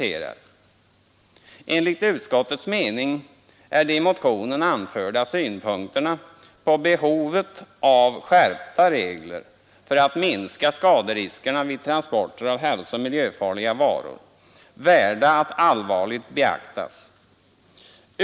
”Enligt utskottets mening är de i motionen anförda synpunkterna på behovet av skärpta regler för att minska skaderiskerna vid transporter av hälsooch miljöfarliga varor värda att allvarligt beaktas.